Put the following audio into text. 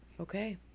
okay